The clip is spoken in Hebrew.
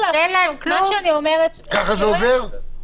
ככה זה עוזר?